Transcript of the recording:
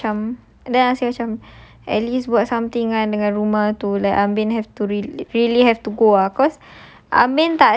I macam then I feel macam at least buat something ah dengan rumah tu really have to go ah cause